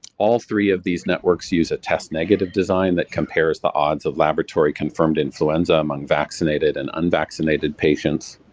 all three of these networks use a test negative design that compares the odds of laboratory confirmed influenza among vaccinated and unvaccinated patients.